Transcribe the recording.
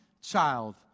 child